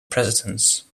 presidents